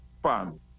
Pan